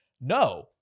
no